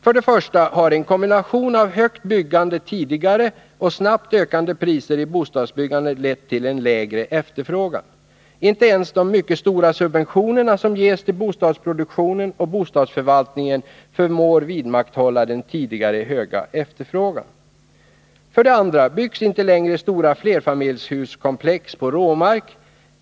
För det första har en kombination av högt byggande tidigare och snabbt ökande priser i bostadsbyggandet lett till en lägre efterfrågan. Inte ens de mycket stora subventioner som ges till bostadsproduktion och bostadsförvaltning förmår vidmakthålla den tidigre höga efterfrågan. För det andra byggs inte längre stora flerfamiljshuskomplex på råmark.